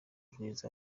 rwiza